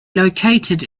located